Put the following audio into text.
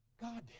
god